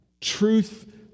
truth